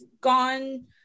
gone